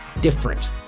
different